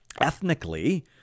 ethnically